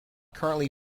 currently